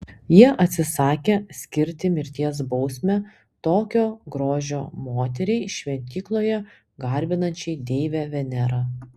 jie atsisakė skirti mirties bausmę tokio grožio moteriai šventykloje garbinančiai deivę venerą